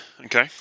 Okay